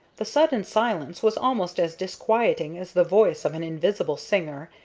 the sudden silence was almost as disquieting as the voice of an invisible singer,